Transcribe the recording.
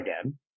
again